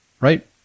right